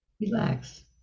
Relax